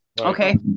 Okay